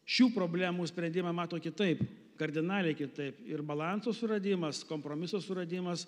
šių problemų sprendimą mato kitaip kardinaliai kitaip ir balanso suradimas kompromiso suradimas